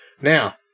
Now